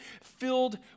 filled